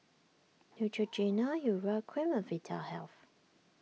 Neutrogena Urea Cream and Vitahealth